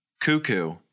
cuckoo